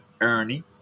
Ernie